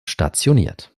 stationiert